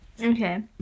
Okay